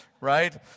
Right